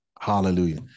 Hallelujah